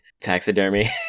taxidermy